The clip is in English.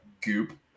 goop